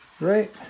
right